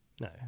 No